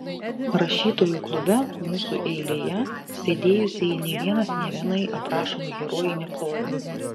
rašytojų klube mūsų eilėje sėdėjusieji nė vienas nė vienai aprašomai herojai neplojo